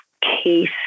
case